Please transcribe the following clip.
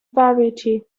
variety